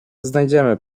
znajdziemy